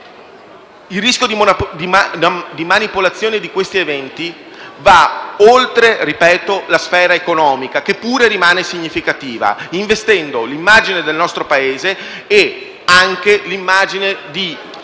Il rischio di manipolazione di questi eventi va oltre - lo ripeto - la sfera economica, che pure rimane significativa, investendo l'immagine del nostro Paese e anche quella di